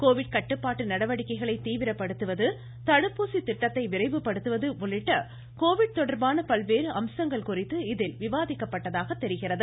Covid கட்டுப்பாட்டு நடவடிக்கைளை தீவிரப்படுத்துவது தடுப்பூசி திட்டத்தை விரைவுபடுத்துவது உள்ளிட்ட கோவிட் தொடர்பான பல்வேறு அம்சங்கள் குறித்து இதில் விவாதிக்கப்பட்டதாக தெரிகிறது